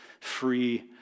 free